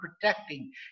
protecting